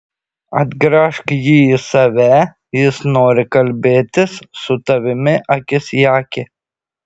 atgręžk jį į save jis nori kalbėtis su tavimi akis į akį